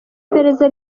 iperereza